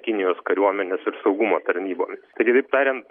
kinijos kariuomenės ir saugumo tarnybomis tai kitaip tariant